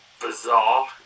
bizarre